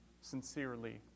sincerely